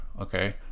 Okay